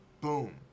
boom